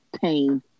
pain